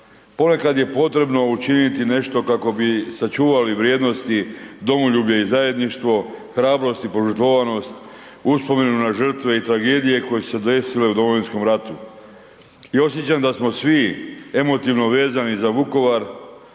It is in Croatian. Ponekad je potrebno učiniti nešto kako bi sačuvali vrijednosti domoljublje i zajedništvo, hrabrost i požrtvovnost, uspomenu na žrtve i tragedije koje su se desile u Domovinskom ratu. Osjećam da smo svi emotivno vezani za Vukovar